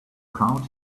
crowd